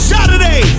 Saturday